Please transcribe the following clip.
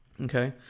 Okay